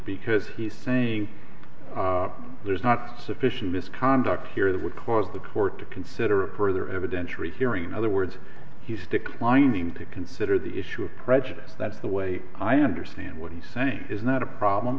because he's saying there's not sufficient misconduct here that would cause the court to consider a per their evidentiary hearing in other words he's declining to consider the issue of prejudice that's the way i understand what he's saying is not a problem